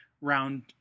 round